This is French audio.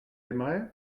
aimerait